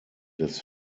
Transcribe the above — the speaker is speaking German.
des